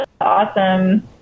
awesome